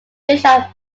bishop